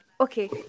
okay